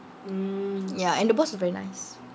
ya and the boss was very nice